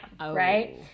right